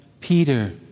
Peter